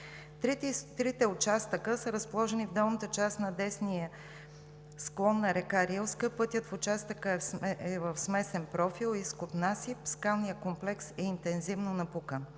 Трите участъка са разположени в долната част на десния склон на река Рилска. Пътят в участъка е в смесен профил – изкоп, насип, скалният комплекс е интензивно напукан.